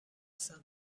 سمت